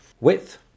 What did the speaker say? width